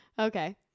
Okay